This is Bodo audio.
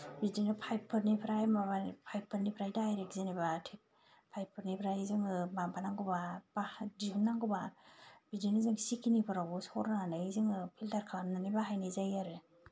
बिदिनो पाइपफोरनिफ्राय माबा आरो पाइपफोरनिफ्राय डाइरेक्ट जेनेबा पाइपफोरनिफ्राय जोङो माबानांगौब्ला बाहायनो दिहुननांगौब्ला बिदिनो जों सिखिनिफोरावबो सरनानै जोङो फिल्टार खालामनानै बाहायनाय जायो आरो